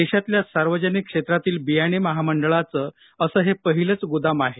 देशातल्या सार्वजनिक क्षेत्रातील बियाणे महामंडळाचं असं हे पहिलंच गोदाम आहे